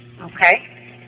Okay